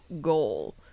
goal